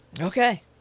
Okay